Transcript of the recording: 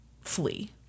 flee